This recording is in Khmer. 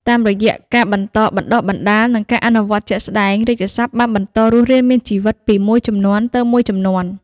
តាមរយៈការបន្តបណ្តុះបណ្តាល និងការអនុវត្តជាក់ស្តែង រាជសព្ទបានបន្តរស់រានមានជីវិតពីមួយជំនាន់ទៅមួយជំនាន់។